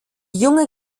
junge